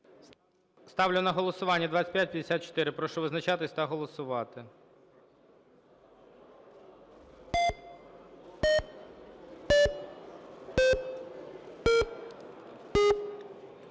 правку на голосування. Прошу визначатись та голосувати.